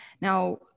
now